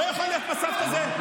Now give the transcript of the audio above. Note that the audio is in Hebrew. לא יכול להיות מצב כזה.